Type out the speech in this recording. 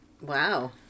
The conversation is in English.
Wow